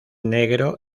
negro